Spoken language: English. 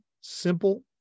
simple